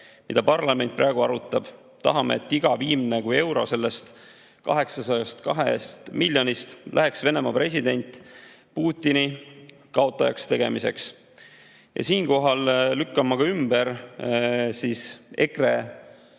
mida parlament praegu arutab. Tahame, et iga viimne kui euro sellest 802 miljonist läheks Venemaa presidendi Putini kaotajaks tegemiseks. Siinkohal lükkan ma ümber